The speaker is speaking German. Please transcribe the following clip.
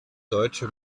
deutsche